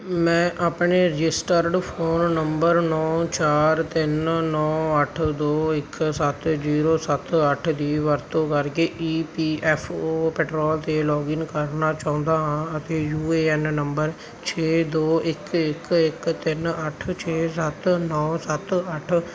ਮੈਂ ਆਪਣੇ registered phone number ਨੌ ਚਾਰ ਤਿੰਨ ਨੌ ਅੱਠ ਦੋ ਇੱਕ ਸੱਤ ਜ਼ੀਰੋ ਸੱਤ ਅੱਠ ਦੀ ਵਰਤੋਂ ਕਰਕੇ E P F O portal 'ਤੇ ਲੌਗਇਨ ਕਰਨਾ ਚਾਹੁੰਦਾ ਹਾਂ ਅਤੇ ਯੂ ਏ ਐਨ ਨੰਬਰ ਛੇ ਦੋ ਇੱਕ ਇੱਕ ਇੱਕ ਤਿੰਨ ਅੱਠ ਛੇ ਸੱਤ ਨੌ ਸੱਤ ਅੱਠ